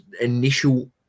initial